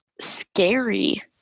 scary